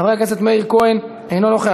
חבר הכנסת מאיר כהן, אינו נוכח.